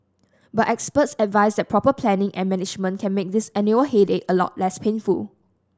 but experts advise that proper planning and management can make this annual headache a lot less painful